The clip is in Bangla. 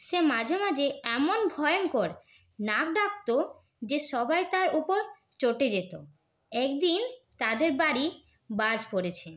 সে মাঝে মাঝে এমন ভয়ঙ্কর নাক ডাকতো যে সবাই তার উপর চটে যেত একদিন তাদের বাড়ি বাজ পরেছে